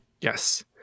Yes